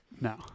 No